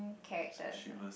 I just got shivers